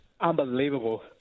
unbelievable